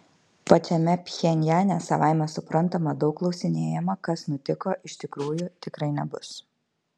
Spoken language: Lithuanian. pačiame pchenjane savaime suprantama daug klausinėjama kas nutiko iš tikrųjų tikrai nebus